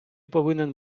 повинен